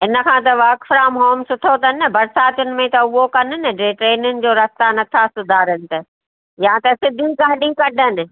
इन खां त वर्क फ्रॉम होम सुठो अथनि न बरिसातियुनि में त उहो कनि न जेके हिननि जो रस्ता नथा सुधारीनि त या त सिधी गाॾी कढनि